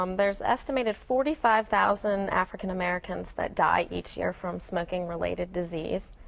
um there's estimated forty five thousand african americans that die each year from smoking-related disease.